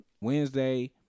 Wednesday